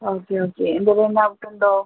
okay okay എന്തെങ്കിലും ഡൗട്ടുണ്ടോ